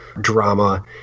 drama